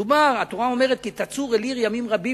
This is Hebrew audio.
התורה אומרת: "כי תצור אל עיר ימים רבים